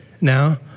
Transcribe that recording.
now